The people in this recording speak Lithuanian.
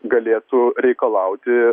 galėtų reikalauti